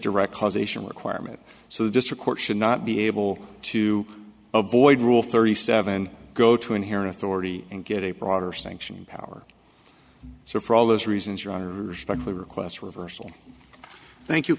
direct causation requirement so the district court should not be able to avoid rule thirty seven go to inherent authority and get a broader sanction in power so for all those reasons or i respect the requests reversal thank you